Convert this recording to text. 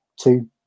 two